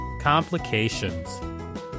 Complications